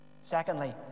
Secondly